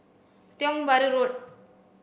Tiong Bahru Road